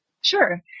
Sure